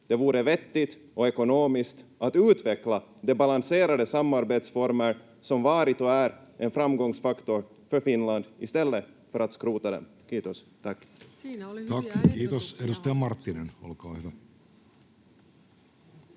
Det vore vettigt och ekonomiskt att utveckla de balanserade samarbetsformer som varit och är en framgångsfaktor för Finland i stället för att skrota dem. — Kiitos, tack. [Speech 59] Speaker: Jussi Halla-aho